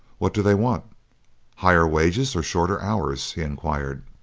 what do they want higher wages or shorter hours? he inquired.